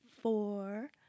four